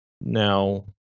now